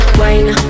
wine